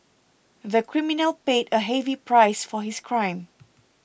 the criminal paid a heavy price for his crime